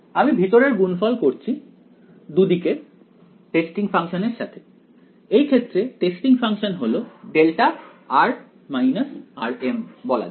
আমি ভিতরের গুণফল করছি দুদিকের টেস্টিং ফাংশন এর সাথে এই ক্ষেত্রে টেস্টিং ফাংশন হল δ বলা যাক